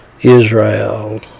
Israel